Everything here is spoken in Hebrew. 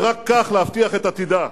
ורק כך להבטיח את עתידה.